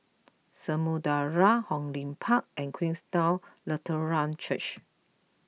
Samudera Hong Lim Park and Queenstown Lutheran Church